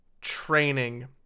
training